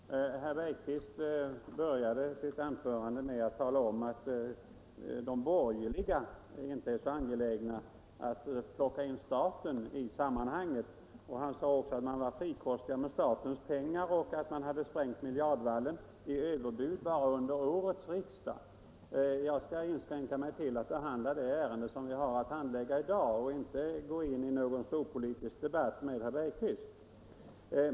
Herr talman! Herr Bergqvist började sitt anförande med att tala om att de borgerliga inte är så angelägna om att släppa in staten i näringslivet. Men han sade också att de borgerliga var frikostiga med statens pengar och hade sprängt miljardvallen i överbud bara under årets riksdag. Jag skall inskränka mig till att behandla det ärende som vi har att handlägga i dag och inte gå in i någon stor politisk debatt med herr Bergqvist.